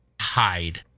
Hide